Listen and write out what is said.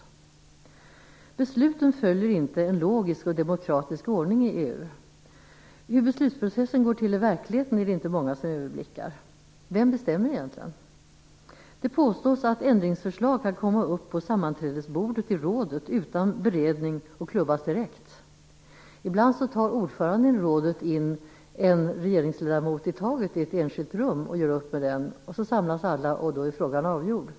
Besluten följer inte en logisk och demokratisk ordning i EU. Hur beslutsprocessen går till i verkligheten är det inte många som överblickar. Vem bestämmer egentligen? Det påstås att ändringsförslag kan komma upp på sammanträdesbordet i rådet utan beredning och klubbas direkt. Ibland tar ordföranden i rådet in en regeringsledamot i taget i ett enskilt rum och gör upp med vederbörande. Sedan samlas alla, och då är frågan avgjord.